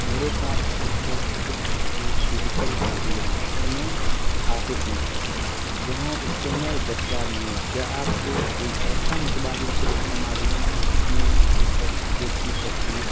میرے پاس اس وقت صرف اس کی فیزیکل کاپی ہے اور میں آفس میں ہوں جہاں اسکینر دستیاب نہیں ہے کیا آپ کو کوئی ایسا متبادل طریقہ معلوم ہے جس میں اس سرٹیفکیٹ کی تصویر